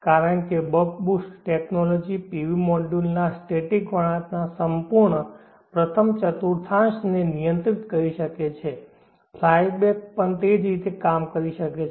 કારણ કે buck boost topology PV મોડ્યુલના સ્ટેટિક વળાંકના સંપૂર્ણ પ્રથમ ચતુર્થાંશને નિયંત્રિત કરી શકે છે ફ્લાય બેક પણ તે જ રીતે કરી શકે છે